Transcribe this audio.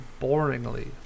boringly